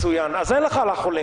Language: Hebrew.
מצוין, אז אין לך על החולים.